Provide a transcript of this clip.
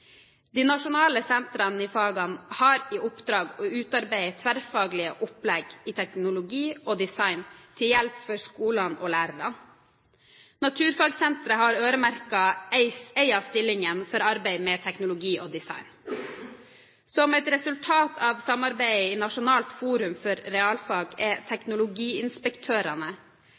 De nasjonale sentrene i fagene har i oppdrag å utarbeide tverrfaglige opplegg i teknologi og design til hjelp for skolene og lærerne. Naturfagsenteret har øremerket en av stillingene for arbeid med teknologi og design. Som et resultat av samarbeidet i Nasjonalt forum for realfag er